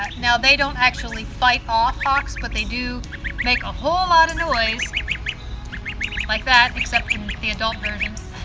um now they don't actually fight off hawks but they do make a whole lot of noise, like that except the adult version.